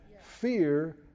Fear